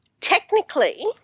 Technically